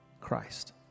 Christ